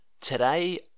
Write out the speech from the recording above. Today